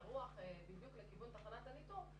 כשהרוח בדיוק לכיוון תחנת הניטור,